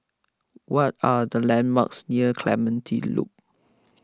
what are the landmarks near Clementi Loop